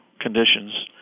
conditions